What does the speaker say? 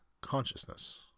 consciousness